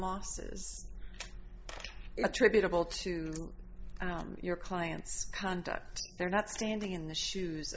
losses tribute able to your clients conduct they're not standing in the shoes